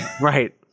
Right